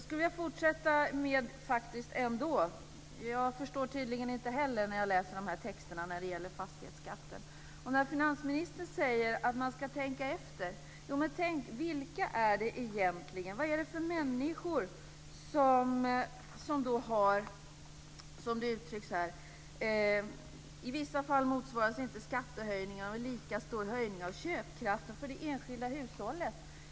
Herr talman! Jag förstår tydligen inte heller texterna om fastighetsskatten. Finansministern säger att man ska tänka efter. Men vad är det för människor som avses? Det uttrycks så här: I vissa fall motsvaras inte skattehöjningen av en lika stor höjning av köpkraften för det enskilda hushållet.